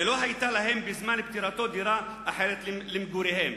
ולא היתה להם בזמן פטירתו דירה אחרת למגוריהם".